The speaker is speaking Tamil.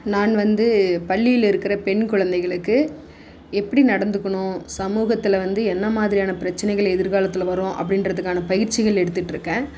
நான் வந்து பள்ளியில் இருக்கிற பெண் குழந்தைகளுக்கு எப்படி நடந்துக்கணும் சமூகத்தில் வந்து என்ன மாதிரியான பிரச்சினைகள் எதிர்காலத்தில் வரும் அப்படின்றதுக்கான பயிற்சிகள் எடுத்துட்டுருக்கேன்